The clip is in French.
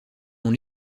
dont